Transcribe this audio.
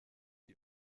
die